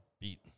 beat